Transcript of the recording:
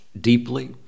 deeply